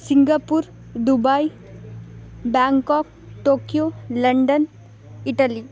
Singapore Dubai Bangkok Tokyo London Italy